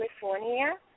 California